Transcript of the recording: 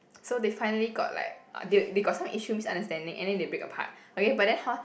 so they finally got like uh they they got like some issue misunderstanding and then they break apart okay but then hor